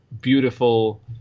beautiful